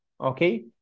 okay